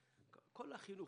חינוך,